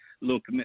look